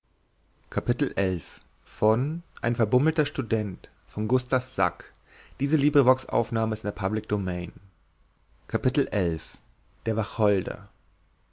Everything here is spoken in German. ein verbummelter student der